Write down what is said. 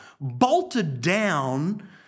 bolted-down